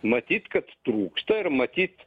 matyt kad trūksta ir matyt